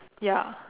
ya